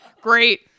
great